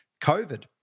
COVID